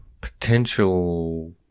potential